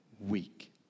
week